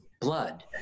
blood